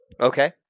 Okay